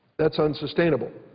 that's unsustainable.